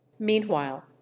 MEANWHILE